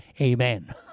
Amen